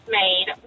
made